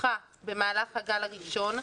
שפותחה במהלך הגל הראשון,